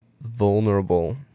vulnerable